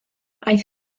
aeth